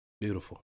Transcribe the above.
Beautiful